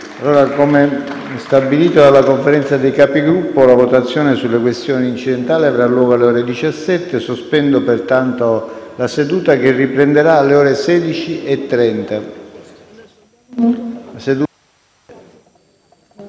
Come stabilito dalla Conferenza dei Capigruppo, la votazione sulle questioni incidentali avrà luogo alle ore 17. Sospendo pertanto la seduta, che riprenderà alle ore 16,30.